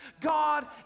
God